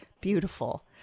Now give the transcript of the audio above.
beautiful